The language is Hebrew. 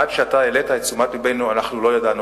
עד שהפנית את תשומת לבנו אנחנו לא ידענו